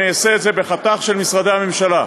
אני אעשה את זה בחתך של משרדי הממשלה.